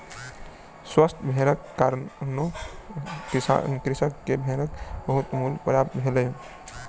स्वस्थ भेड़क कारणें कृषक के भेड़क बहुत नीक मूल्य प्राप्त भेलै